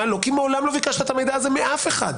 לא כי מעולם לא ביקשת את המידע הזה מאף אחד,